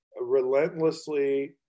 relentlessly